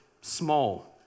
small